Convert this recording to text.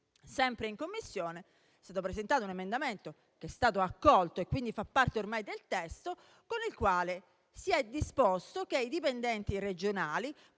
sempre in Commissione è stato presentato un emendamento che è stato accolto, quindi fa parte ormai del testo, con il quale si è disposto che i dipendenti regionali